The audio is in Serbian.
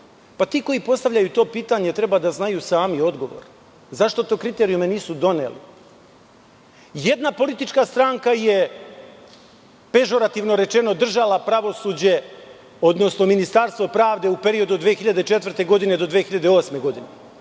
Ti koji postavljaju to pitanje treba da znaju sami odgovor. Zašto te kriterijume nisu doneli? Jedna politička stranka je, pežorativno rečeno, držala pravosuđe, odnosno Ministarstvo pravde u periodu od 2004. do 2008. godine,